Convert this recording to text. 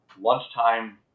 lunchtime